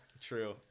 true